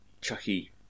Chucky